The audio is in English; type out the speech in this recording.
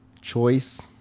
choice